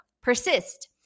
Persist